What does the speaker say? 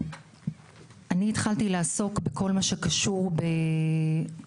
אני התחלתי לעסוק בכל מה שקשור בפשיעה